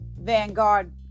vanguard